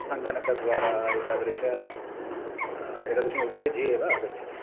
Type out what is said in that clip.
सङ्गणकद्वारा एतादृश एतादृशमुपयुज्य एव आगच्छति